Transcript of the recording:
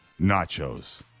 nachos